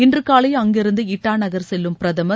இன்று காலை அங்கிருந்து இட்டா நகர் செல்லும் பிரதமர்